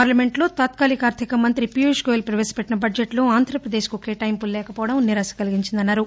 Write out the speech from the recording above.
పార్లమెంట్లో తాత్కాలిక ఆర్గిక మంత్రి పీయూష్ గోయల్ ప్రపేశపెట్టిన బడ్లెట్లో ఆంధ్రప్రదేశ్కు కేటాయింపులు లేకపోవడం నిరాశ కలిగించిందన్నారు